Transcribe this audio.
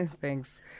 Thanks